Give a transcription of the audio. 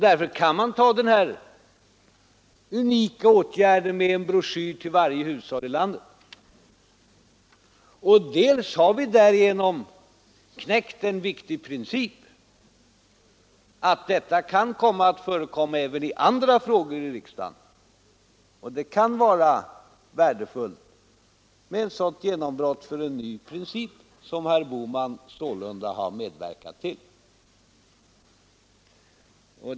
Därför kan man vidta den unika åtgärden med en broschyr till varje hushåll i landet. Dels har vi därigenom knäckt en viktig princip, nämligen att detta kan komma att förekomma även i andra frågor i riksdagen, och det kan då vara värdefullt med ett genombrott för en ny princip som sålunda herr Bohman har medverkat till.